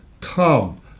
come